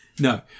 No